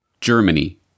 Germany